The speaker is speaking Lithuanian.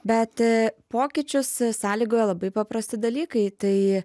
bet pokyčius sąlygoja labai paprasti dalykai tai